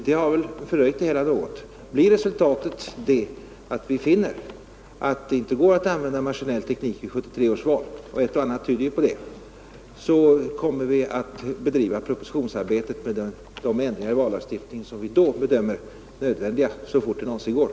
Det har väl något fördröjt propositionen. Finner vi att det inte går att genomföra 1973 års val med denna maskinella teknik — och ett och annat tyder ju på det — kommer vi att bedriva propositionsarbetet så fort det någonsin går med de ändringar i vallagstiftningen som vi då bedömer som nödvändiga.